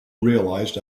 realized